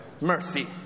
Mercy